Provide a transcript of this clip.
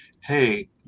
hey